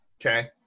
Okay